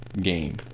game